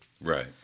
Right